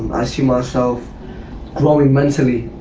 i see myself growing mentally.